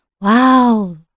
wow